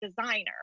designer